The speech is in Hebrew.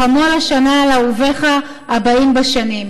חמול השנה על אהוביך הבאים בשנים.